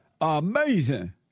Amazing